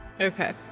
Okay